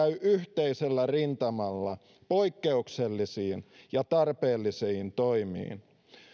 yhteisellä rintamalla poikkeuksellisiin ja tarpeellisiin toimiin